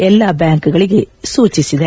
ಎಲ್ಲಾ ಬ್ಲಾಂಕ್ಗಳಿಗೆ ಸೂಚಿಸಿದೆ